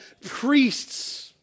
priests